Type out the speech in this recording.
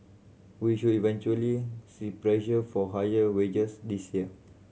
we should eventually see pressure for higher wages this year